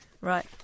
Right